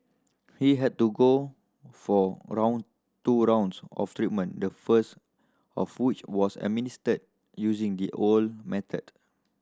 he had to go for round two rounds of treatment the first of which was administered using the old method